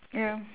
ya